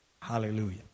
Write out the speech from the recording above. Hallelujah